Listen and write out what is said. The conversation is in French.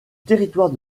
territoire